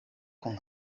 kun